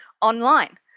online